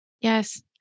Yes